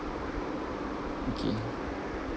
okay